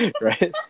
Right